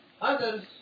others